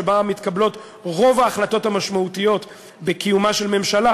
שבה מתקבלות רוב ההחלטות המשמעותיות בממשלה,